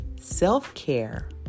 Self-care